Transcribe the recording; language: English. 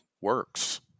works